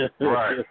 Right